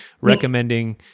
recommending